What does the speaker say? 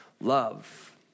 love